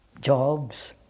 jobs